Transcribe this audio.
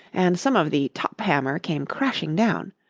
and some of the top-hammer came crashing down.